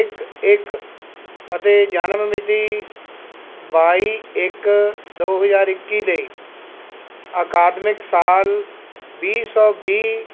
ਇੱਕ ਇੱਕ ਅਤੇ ਜਨਮ ਮਿਤੀ ਬਾਈ ਇੱਕ ਦੋ ਹਜ਼ਾਰ ਇੱਕੀ ਲਈ ਅਕਾਦਮਿਕ ਸਾਲ ਵੀਹ ਸੌ ਵੀਹ